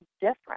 different